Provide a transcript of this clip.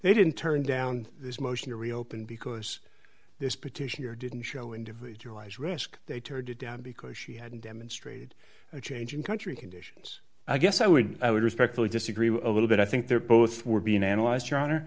they didn't turn down this motion to reopen because this petition here didn't show individualized risk they turned it down because she had demonstrated a change in country conditions i guess i would i would respectfully disagree a little bit i think they're both were being analyzed your honor